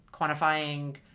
quantifying